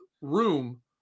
room